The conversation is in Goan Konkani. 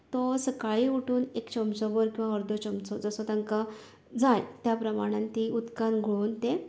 तो सकाळी उठून एक चमचो भर जावं किंवां अर्द चमचो जसो तांकां जाय त्या प्रमाणे ती उदकांत घोळून ते पिवप